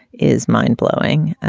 is mind blowing.